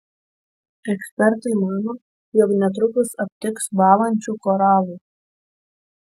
ekspertai mano jog netrukus aptiks bąlančių koralų